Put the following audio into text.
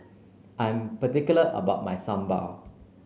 I'm particular about my Sambar